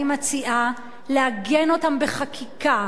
אני מציעה לעגן אותן בחקיקה,